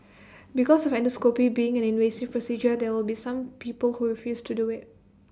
because of endoscopy being an invasive procedure there will be some people who refuse to do IT